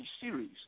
series